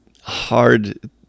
hard